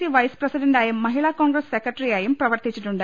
C vice പ്രസിഡന്റായും മഹിളാ കോൺഗ്രസ്സ് സെക്രട്ടറിയായും പ്രവർത്തിച്ചിട്ടുണ്ട്